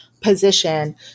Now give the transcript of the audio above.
position